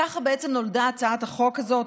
ככה בעצם נולדה הצעת החוק הזאת,